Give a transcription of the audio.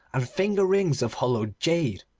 and finger-rings of hollowed jade.